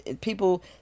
People